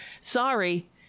Sorry